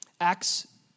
Acts